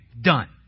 Done